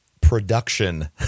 production